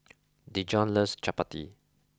Dejon loves Chapati